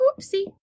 oopsie